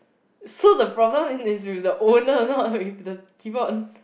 so the problem in this with the owner not with the keyboard